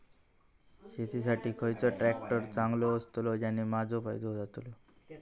शेती साठी खयचो ट्रॅक्टर चांगलो अस्तलो ज्याने माजो फायदो जातलो?